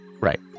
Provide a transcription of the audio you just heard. Right